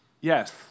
Yes